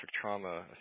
trauma